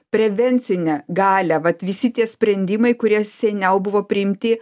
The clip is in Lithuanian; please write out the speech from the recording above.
prevencinę galią vat visi tie sprendimai kurie seniau buvo priimti